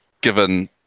given